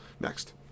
Next